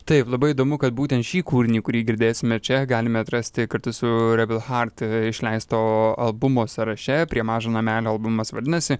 taip labai įdomu kad būtent šį kūrinį kurį girdėsime čia galime atrasti kartu su rebel heart išleisto albumo sąraše prie mažo namelio albumas vadinasi